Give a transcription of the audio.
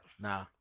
Nah